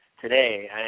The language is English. today